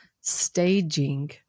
staging